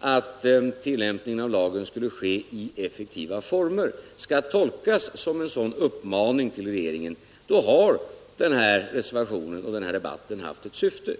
att tillämpningen av lagen skulle ske i effektiva former, skall tolkas som en sådan uppmaning till regeringen, har den här reservationen och den här debatten haft eu syfte.